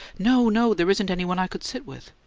no, no! there isn't any one i could sit with.